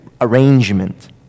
arrangement